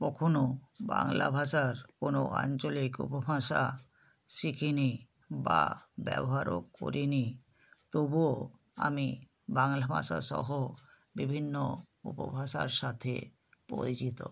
কখনো বাংলা ভাষার কোনো আঞ্চলিক উপভাষা শিখিনি বা ব্যবহারও করিনি তবুও আমি বাংলা ভাষাসহ বিভিন্ন উপভাষার সাথে পরিচিত